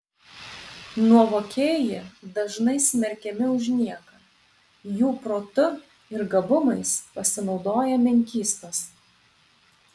nuovokieji dažnai smerkiami už nieką jų protu ir gabumais pasinaudoja menkystos